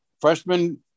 freshman